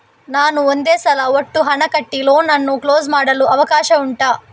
ನಾನು ಒಂದೇ ಸಲ ಒಟ್ಟು ಹಣ ಕಟ್ಟಿ ಲೋನ್ ಅನ್ನು ಕ್ಲೋಸ್ ಮಾಡಲು ಅವಕಾಶ ಉಂಟಾ